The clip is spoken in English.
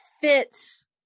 fits